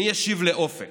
מי ישיב לאופק?